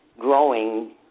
growing